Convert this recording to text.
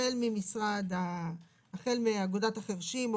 החל מאגודת החירשים,